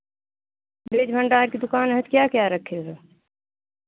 बीज भण्डार की दुकान है तो क्या क्या रखे हो